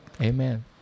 Amen